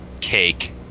cake